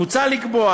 מוצע לקבוע